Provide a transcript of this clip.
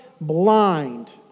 blind